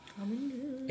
apa benda